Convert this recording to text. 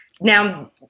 Now